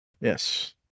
Yes